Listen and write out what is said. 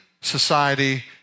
society